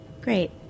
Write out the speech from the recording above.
Great